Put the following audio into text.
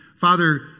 Father